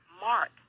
mark